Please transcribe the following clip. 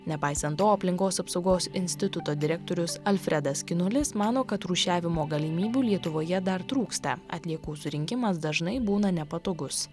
nepaisant to aplinkos apsaugos instituto direktorius alfredas kinulis mano kad rūšiavimo galimybių lietuvoje dar trūksta atliekų surinkimas dažnai būna nepatogus